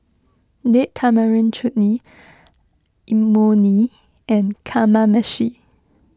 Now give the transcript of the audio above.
Date Tamarind Chutney Imoni and Kamameshi